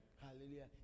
Hallelujah